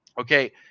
okay